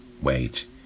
wage